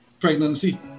pregnancy